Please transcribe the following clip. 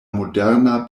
moderna